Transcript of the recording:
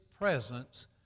Presence